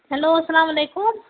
hello اسلام علیکُم